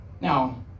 Now